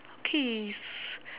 okay s~